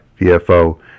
VFO